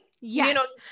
Yes